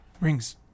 rings